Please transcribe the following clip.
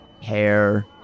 hair